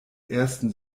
ersten